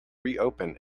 reopen